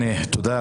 תודה,